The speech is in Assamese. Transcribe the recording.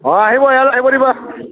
অঁ আহিব ইয়ালৈ আহিব দিবা